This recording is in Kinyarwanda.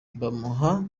bamuha